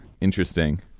Interesting